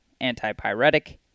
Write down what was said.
antipyretic